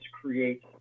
create